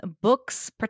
books